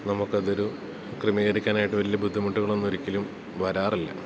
നമുക്ക് അതൊരു ക്രിമീകരിക്കാനായിട്ട് വലിയ ബുദ്ധിമുട്ടുകളൊന്നും ഒരിക്കലും വരാറില്ല